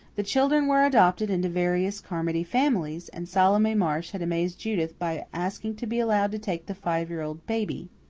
the children were adopted into various carmody families, and salome marsh had amazed judith by asking to be allowed to take the five-year-old baby.